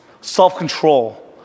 self-control